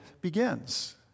begins